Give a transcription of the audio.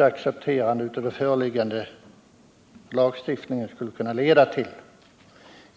accepterande av föreliggande lagstiftningsförslag skulle kunna leda till under de närmaste åren.